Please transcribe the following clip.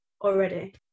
already